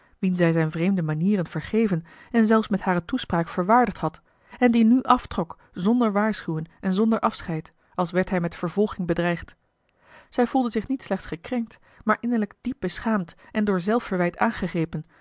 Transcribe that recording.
wien zij zijne vreemde manieren vergeven en zelfs met hare toespraak verwaardigd had en die nu aftrok zonder waarschuwen en zonder afscheid als werd hij met vervolging bedreigd zij voelde zich niet slechts gekrenkt maar innerlijk diep beschaamd en door zelfverwijt aangegrepen